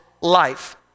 life